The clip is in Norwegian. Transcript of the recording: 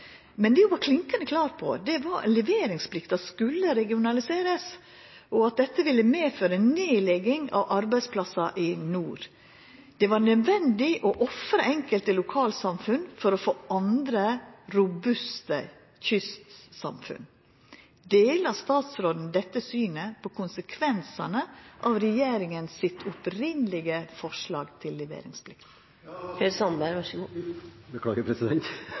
Men det ho var klinkande klar på, var at leveringsplikta skulle verta regionalisert, og at dette ville føra til nedlegging av arbeidsplassar i nord. Det var nødvendig å ofra enkelte lokalsamfunn for å få andre, robuste kystsamfunn. Deler statsråden dette synet på konsekvensane av regjeringas opphavlege forslag om leveringsplikta? Det opprinnelige